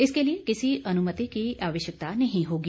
इसके लिए किसी अनुमति की आवश्यकता नहीं होगी